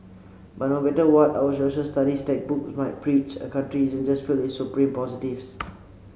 but no matter what our Social Studies textbooks might preach a country isn't just filled with supreme positives